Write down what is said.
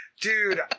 dude